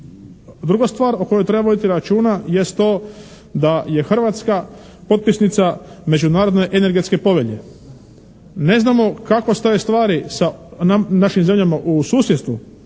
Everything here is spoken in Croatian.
Druga stvar o kojoj treba voditi računa jest to da je Hrvatska potpisnica Međunarodne energetske povelje. Ne znamo kako stoje stvari sa našim zemljama u susjedstvu